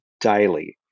daily